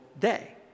day